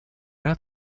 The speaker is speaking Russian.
рад